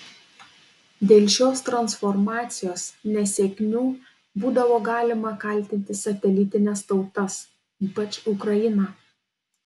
dėl šios transformacijos nesėkmių būdavo galima kaltinti satelitines tautas ypač ukrainą